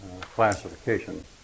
classification